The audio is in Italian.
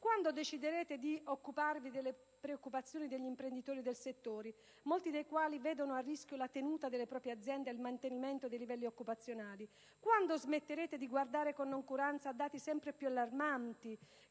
Quando deciderete di occuparvi delle preoccupazioni degli imprenditori del settore, molti dei quali vedono a rischio la tenuta delle proprie aziende e il mantenimento dei livelli occupazionali? Quando smetterete di guardare con noncuranza dati sempre più allarmanti